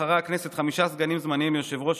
הכנסת בחרה חמישה סגנים זמניים ליושב-ראש